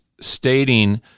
stating